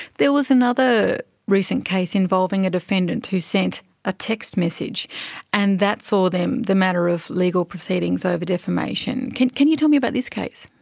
there was another recent case involving a defendant who sent a text message and that saw the matter of legal proceedings over defamation. can can you tell me about this case?